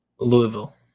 Louisville